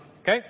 Okay